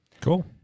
cool